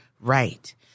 Right